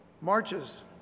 marches